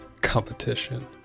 Competition